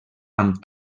amb